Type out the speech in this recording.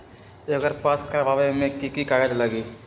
एकर पास करवावे मे की की कागज लगी?